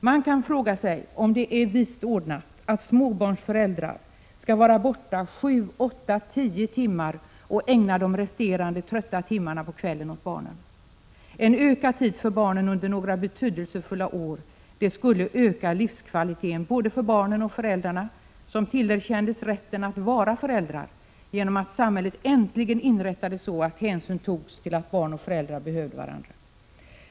Man kan fråga sig om det är vist ordnat att småbarnsföräldrar skall vara borta sju, åtta, tio timmar och ägna de resterande trötta timmarna på kvällen åt barnen. Ökad tid för barnen under några betydelsefulla år skulle öka livskvaliteten både för barnen och för föräldrarna, som tillerkändes rätten att vara föräldrar genom att samhället äntligen inrättades så att hänsyn togs till att barn och föräldrar behöver varandra.